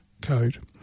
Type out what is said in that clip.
code